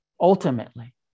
ultimately